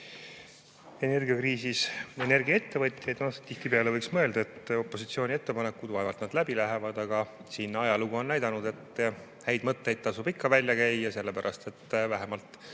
energiakriisis energiaettevõtjaid. Tihtipeale võiks mõelda, et opositsiooni ettepanekud, vaevalt nad läbi lähevad, aga siin ajalugu on näidanud, et häid mõtteid tasub ikka välja käia, sellepärast et vähemalt